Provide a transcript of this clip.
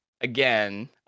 again